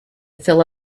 fill